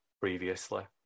previously